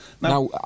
Now